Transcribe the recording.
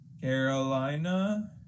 Carolina